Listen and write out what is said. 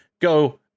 Go